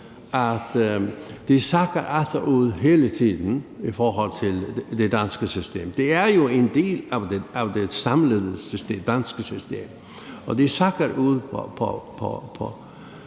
atter sakker bagud hele tiden i forhold til det danske system. Det er jo en del af det samlede danske system. Og de sakker bagud på